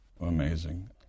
Amazing